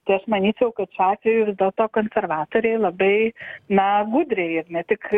tai aš manyčiau kad šiuo atveju vis dėlto konservatoriai labai na gudriai ir ne tik